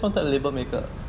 she just wanted label maker